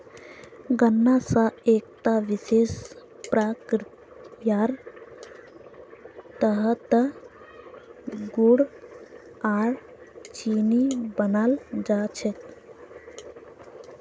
गन्ना स एकता विशेष प्रक्रियार तहतत गुड़ आर चीनी बनाल जा छेक